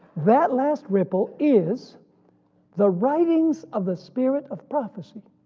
that last ripple is the writings of the spirit of prophecy